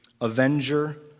avenger